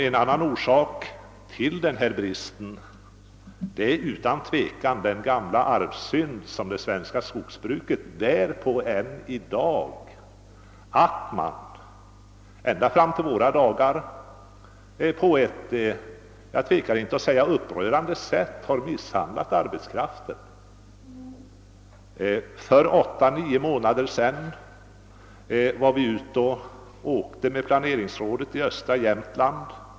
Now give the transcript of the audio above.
En annan orsak till bristen är tvivelsutan den gamla arvssynd som det svenska skogsbruket än i dag bär på, nämligen att man ända fram till våra dagar på ett, jag tvekar inte att säga det, upprörande sätt har misshandlat arbetskraften. För åtta—nio månader sedan var planeringsrådets medlemmar ute och åkte i östra Jämtland.